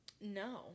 No